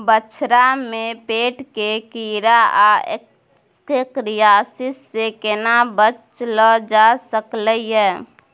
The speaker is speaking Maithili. बछरा में पेट के कीरा आ एस्केरियासिस से केना बच ल जा सकलय है?